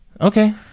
Okay